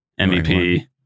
MVP